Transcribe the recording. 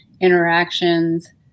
interactions